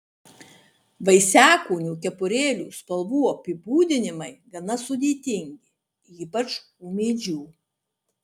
vaisiakūnių kepurėlių spalvų apibūdinimai gana sudėtingi ypač ūmėdžių